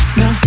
no